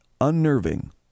unnerving